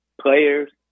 players